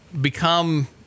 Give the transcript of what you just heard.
become